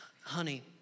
honey